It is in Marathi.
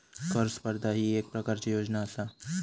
कर स्पर्धा ही येक प्रकारची योजना आसा